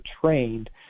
trained